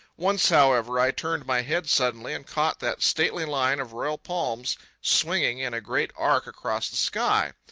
once, however, i turned my head suddenly and caught that stately line of royal palms swinging in a great arc across the sky.